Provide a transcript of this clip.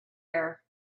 air